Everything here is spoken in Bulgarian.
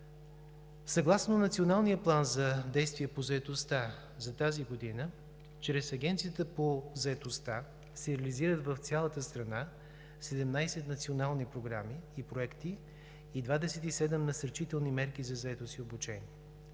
Съгласно Националния план за действие по заетостта за тази година чрез Агенцията по заетостта се реализират в цялата страна 17 национални програми и проекти и 27 насърчителни мерки за заетост и обучение.